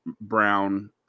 brown